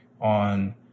on